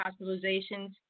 hospitalizations